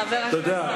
חבר הכנסת אפללו,